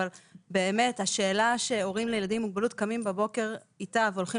אבל באמת השאלה שהורים לילדים עם מוגבלות קמים בבוקר איתה והולכים